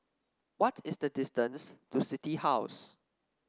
what is the distance to City House